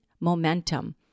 momentum